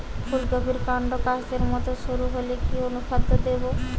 ফুলকপির কান্ড কাস্তের মত সরু হলে কি অনুখাদ্য দেবো?